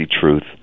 Truth